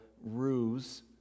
ruse